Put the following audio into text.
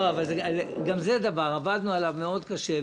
זה דבר שעבדנו עליו מאוד קשה,